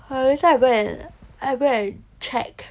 好 later I go and I go and check